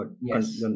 Yes